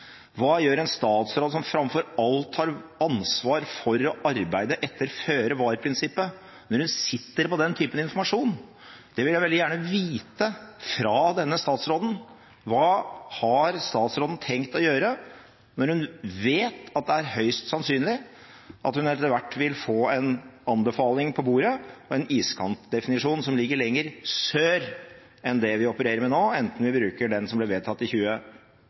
Hva gjør en statsråd som framfor alt har ansvar for å arbeide etter føre-var-prinsippet, når hun sitter på den typen informasjon? Det vil jeg veldig gjerne vite fra denne statsråden. Hva har statsråden tenkt å gjøre når hun vet at det er høyst sannsynlig at hun etter hvert vil få en anbefaling på bordet om en iskantdefinisjon som ligger lenger sør enn det vi opererer med nå, enten vi bruker den som ble vedtatt i